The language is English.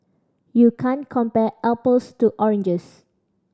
you can't compare apples to oranges